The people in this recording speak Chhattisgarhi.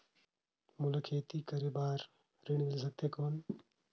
मोला खेती करे बार ऋण मिल सकथे कौन?